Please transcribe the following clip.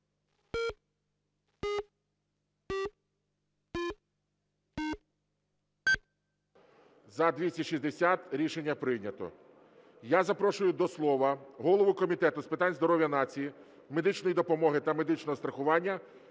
За-260 Рішення прийнято. Я запрошую до слова голову Комітету з питань здоров'я нації, медичної допомоги та медичного страхування